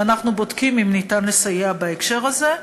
ואנחנו בודקים אם אפשר לסייע בהקשר הזה.